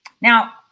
Now